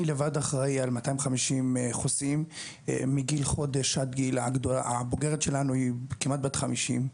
אני לבד אחראי על 250 חוסים מגיל חודש עד - הבוגרת שלנו היא כמעט בת 50,